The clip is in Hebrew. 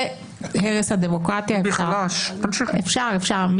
הרס הדמוקרטיה אפשר.